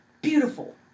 Beautiful